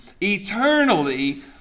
eternally